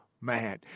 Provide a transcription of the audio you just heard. man